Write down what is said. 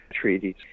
Treaties